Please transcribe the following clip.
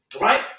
Right